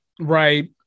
Right